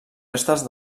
restes